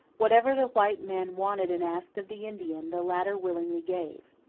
whatever the white man wanted and asked of the indian, the latter willingly gave.